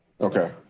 Okay